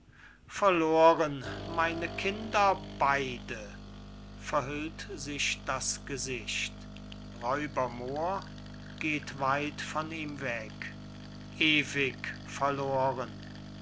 verloren meine kinder beyde verhüllt sich das gesicht moor geht weit von ihm weg ewig verloren